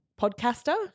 Podcaster